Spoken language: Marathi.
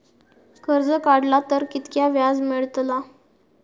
कर्ज काडला तर कीतक्या व्याज मेळतला?